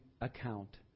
account